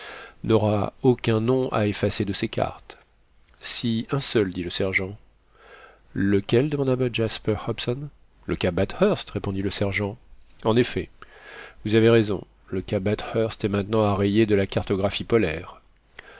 n'aura aucun nom à effacer de ses cartes si un seul dit le sergent lequel demanda jasper hobson le cap bathurst répondit le sergent en effet vous avez raison le cap bathurst est maintenant à rayer de la cartographie polaire